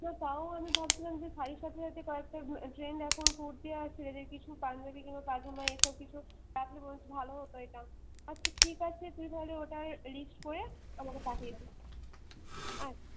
হ্যাঁ তাও আমি ভাবছিলাম যে শাড়ির সাথে কয়েকটা ট্রেন্ড এখন কুর্তি আর ছেলেদের কিছু পাঞ্জাবিগুলো পায়জামা এসব কিছু থাকলে বরঞ্চ ভালো হতো এটা আচ্ছা ঠিক আছে তুই তাহলে ওটার লিস্ট করে আমাকে পাঠিয়ে দে হ্যাঁ